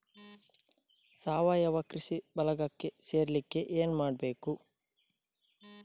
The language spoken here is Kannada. ಸಾವಯವ ಕೃಷಿ ಬಳಗಕ್ಕೆ ಸೇರ್ಲಿಕ್ಕೆ ಏನು ಮಾಡ್ಬೇಕು?